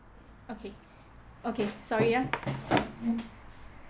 okay okay sorry ah